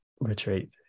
retreat